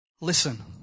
listen